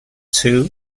two